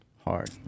hard